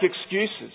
excuses